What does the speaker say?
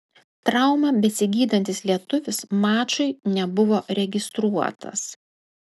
traumą besigydantis lietuvis mačui nebuvo registruotas